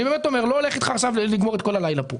אני לא הולך לשבת אתך כל הלילה כאן,